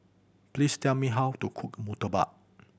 please tell me how to cook murtabak